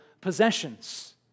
possessions